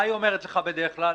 מה היא אומרת לך בדרך כלל?